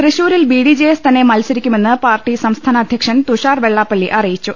തൃശ്ശൂരിൽ ബിഡിജെഎസ് തന്നെ മത്സരിക്കുമെന്ന് പാർട്ടി സംസ്ഥാന അധ്യക്ഷൻ തുഷാർ വെള്ളാപ്പള്ളി അറിയിച്ചു